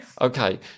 Okay